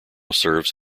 serves